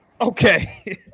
Okay